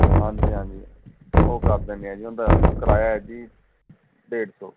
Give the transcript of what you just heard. ਹਾਂਜੀ ਹਾਂਜੀ ਉਹ ਕਰ ਦਿੰਦੇ ਹੈ ਜੀ ਉਹਦਾ ਕਿਰਾਇਆ ਹੈ ਜੀ ਡੇਢ ਸੌ